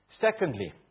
Secondly